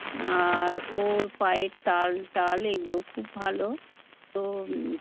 আর ওর পায়ের তাল টাল এগুলো খুব ভালো তো